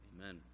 Amen